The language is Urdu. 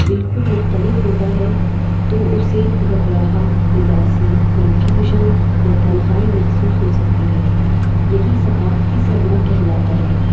بالکل مختلف ہوتا ہے تو اسے گھبراہٹ اداسی کنفیوژن یا تنہائی محسوس ہو سکتی ہے یہی ثقافتی صدمہ کہلاتا ہے